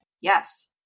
Yes